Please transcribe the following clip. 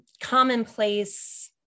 commonplace